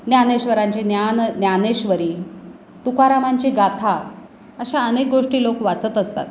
ज्ञानेश्वरांची ज्ञान ज्ञानेश्वरी तुकारामांची गाथा अशा अनेक गोष्टी लोक वाचत असतात